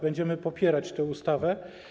Będziemy popierać tę ustawę.